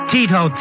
Tito